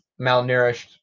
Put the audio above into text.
malnourished